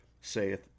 saith